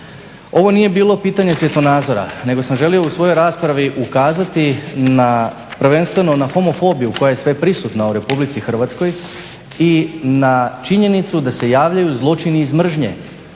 Ovo nije bilo pitanje svjetonazora, nego sam želio u svojoj raspravi ukazati prvenstveno na homofobiju koja je sveprisutna u Republici Hrvatskoj i na činjenicu da se javljaju zločini iz mržnje.